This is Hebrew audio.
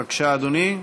בבקשה, אדוני.